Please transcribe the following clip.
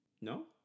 No